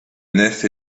nef